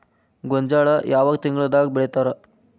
ಗೋಂಜಾಳ ಯಾವ ತಿಂಗಳದಾಗ್ ಬೆಳಿತಾರ?